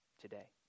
today